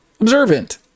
observant